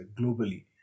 globally